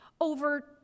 over